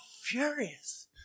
furious